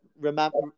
remember